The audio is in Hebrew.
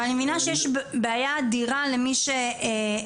אבל אני מבינה שיש בעיה אדירה למי --- את